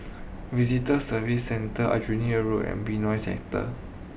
Visitor Services Centre Aljunied Road and Benoi Sector